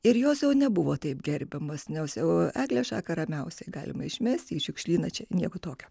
ir jos jau nebuvo taip gerbiamos nes jau eglės šaką ramiausiai galima išmesti į šiukšlyną čia nieko tokio